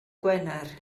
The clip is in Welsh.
gwener